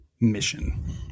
mission